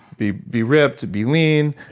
be be ripped, be lean,